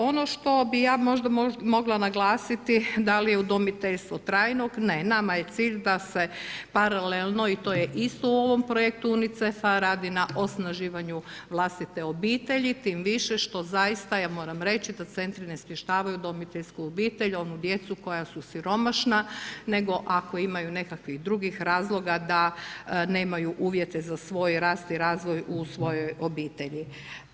Ono što bi ja možda mogla naglasiti da li je udomiteljstvo trajnog, ne nam je cilj da se paralelno i to je isto u ovom projektu UNICEF-a radi na osnaživanju vlastite obitelji tim više što zaista ja moram reći da centri ne smještavaju u udomiteljsku obitelj onu djecu koja su siromašna, nego ako imaju nekakvih drugih razloga da nemaju uvjete za svoj rast i razvoj u svojoj obitelji.